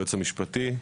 ליועץ המשפטי,